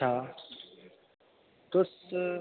हां तुस